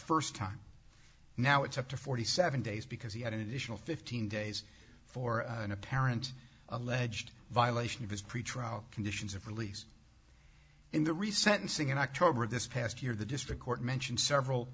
first time now it's up to forty seven days because he had an additional fifteen days for an apparent alleged violation of his pretrial conditions of release in the reset and sing in october of this past year the district court mentioned several